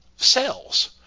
cells